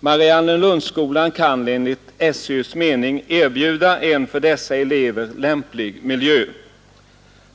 Mariannelundsskolan kan enligt SÖ:s mening erbjuda dessa elever en lämplig miljö.